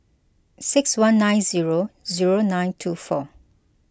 six one nine zero zero nine two four